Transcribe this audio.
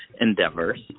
endeavors